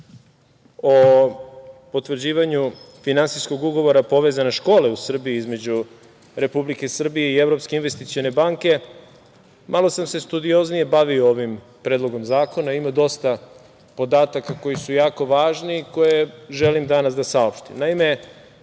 potvrđivanju finansijskog ugovora „Povezane škole u Srbiji“ između Republike Srbije i Evropske investicione banke, malo sam se studioznije bavio ovim predlogom zakona. Ima dosta podataka koji su jako važni i koje želim danas da saopštim.